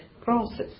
process